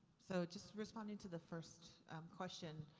so just responding to the first um question.